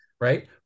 right